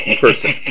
person